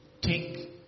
take